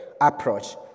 approach